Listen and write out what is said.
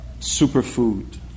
superfood